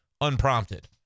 unprompted